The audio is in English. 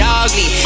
ugly